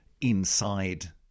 inside